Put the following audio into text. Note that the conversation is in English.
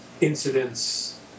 incidents